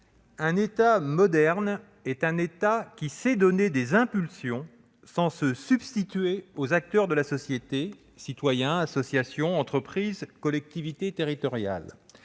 Un État moderne est un État qui sait donner des impulsions sans se substituer aux acteurs de la société- citoyens, associations, entreprises, collectivités territoriales